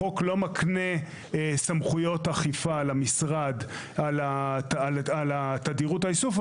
החוק לא מקנה סמכויות אכיפה למשרד על תדירות האיסוף,